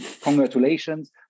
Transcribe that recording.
Congratulations